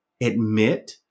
admit